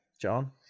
John